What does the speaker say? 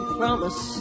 promise